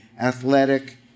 athletic